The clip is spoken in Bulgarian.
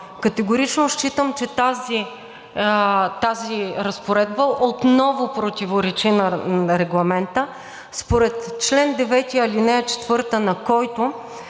Категорично считам, че тази разпоредба отново противоречи на Регламента, според чл. 9, ал. 4 на който